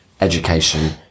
education